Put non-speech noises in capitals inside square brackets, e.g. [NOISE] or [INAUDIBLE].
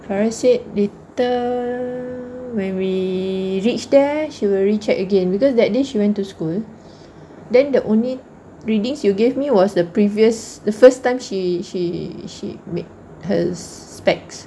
farah said later when we reach there she will recheck again because that day she went to school [BREATH] then the only readings you gave me was the previous the first time she she she made her specs